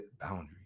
boundaries